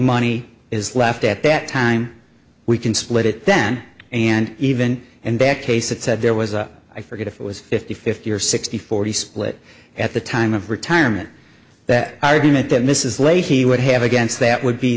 money is left at that time we can split it then and even and back case it said there was a i forget if it was fifty fifty or sixty forty split at the time of retirement that argument then this is late he would have against that would be